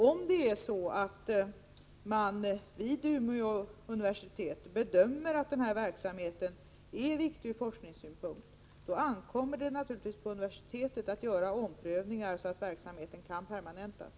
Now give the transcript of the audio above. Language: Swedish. Om man vid Umeå universitet bedömer att denna verksamhet är viktig ur forskningssynpunkt, ankommer det naturligtvis på universitetet att göra omprövningar, som leder till att verksamheten kan permanentas.